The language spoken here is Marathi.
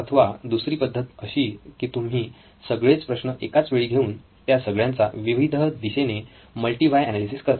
अथवा दुसरी पद्धत अशी की तुम्ही सगळेच प्रश्न एकाच वेळी घेऊन त्या सगळ्यांचा विविध दिशेने मल्टी व्हाय एनालिसिस करता